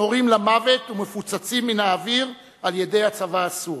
נורים למוות ומופצצים מן האוויר על-ידי הצבא הסורי.